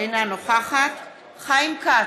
חיים כץ,